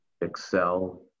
excel